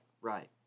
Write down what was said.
Right